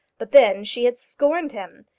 but then she had scorned him!